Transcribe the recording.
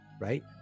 right